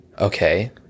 okay